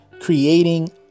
creating